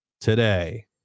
today